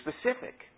specific